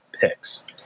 picks